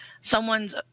someone's